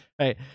Right